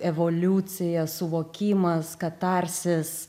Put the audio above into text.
evoliucija suvokimas katarsis